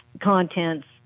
contents